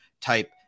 type